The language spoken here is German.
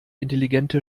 intelligente